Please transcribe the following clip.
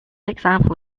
example